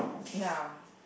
ya